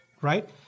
right